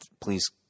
please